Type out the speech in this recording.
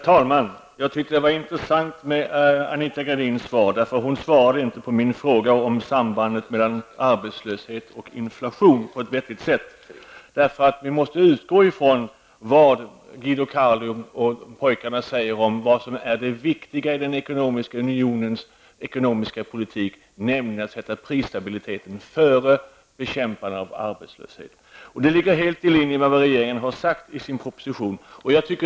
Herr talman! Det intressanta med Anita Gradins svar var att hon inte på ett vettigt sätt svarade på min fråga om sambandet mellan arbetslöshet och inflation. Vi måste utgå ifrån vad Guido Carli och pojkarna anser vara det viktiga i den ekonomiska unionens ekonomiska politik, nämligen att sätta prisstabiliteten före bekämpande av arbetslöshet. Detta ligger helt i linje med vad regeringen har uttalat i sin proposition.